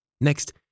Next